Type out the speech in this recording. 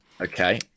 Okay